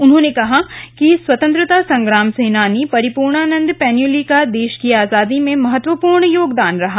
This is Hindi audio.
उन्होंने कहा कि स्वतंत्रता संग्राम सेनानी परिपूर्णानंद पैन्युली का देश की आजादी में महत्वपूर्ण योगदान रहा